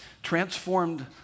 Transformed